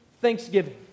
thanksgiving